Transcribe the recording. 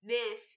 Miss